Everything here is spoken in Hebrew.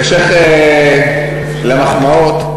בהמשך למחמאות,